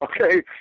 okay